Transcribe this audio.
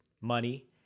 money